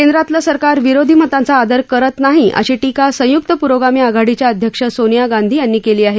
केंद्रातलं सरकार विरोधी मतांचा आदर करत नाही अशी टीका संयुक्त पुरोगामी आघाडीच्या अध्यक्ष सोनिया गांधी यांनी केली आहे